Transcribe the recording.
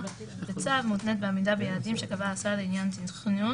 בצו מותנית בעמידה ביעדים שקבע השר לעניין תכנון